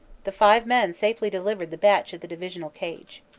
the five men safely delivered the batch at the divisional cage.